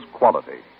quality